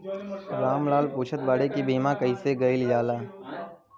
राम लाल पुछत बाड़े की बीमा कैसे कईल जाला?